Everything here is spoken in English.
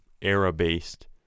era-based